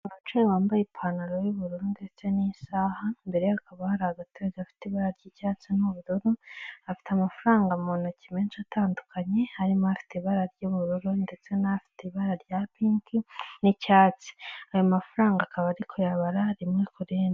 Umuntu wicaye wambaye ipantaro y'ubururu ndetse n'isaha mbere hakaba hari agate gafite ibara ry'icyatsi n'ubururu, afite amafaranga mu ntoki menshi atandukanye harimo afite ibara ry'ubururu ndetse n'fite ibara rya piki n'icyatsi. Ayo mafaranga akaba ari kuyabara rimwe ku rindi.